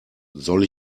soll